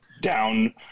down